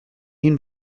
این